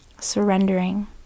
Surrendering